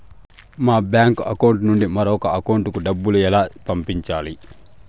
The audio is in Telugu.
మా బ్యాంకు అకౌంట్ నుండి మరొక అకౌంట్ కు డబ్బును ఎలా పంపించాలి